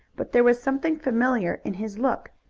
but there was something familiar in his look,